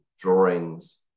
drawings